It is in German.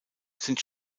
sind